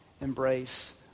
embrace